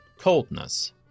coldness